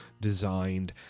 designed